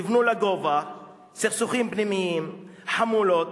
תבנו לגובה, סכסוכים פנימיים, חמולות.